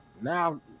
Now